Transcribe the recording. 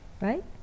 Right